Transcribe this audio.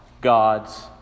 God's